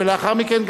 ולאחר מכן,